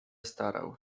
starał